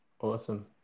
Awesome